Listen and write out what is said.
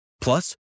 Plus